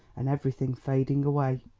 and everything fading away.